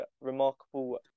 remarkable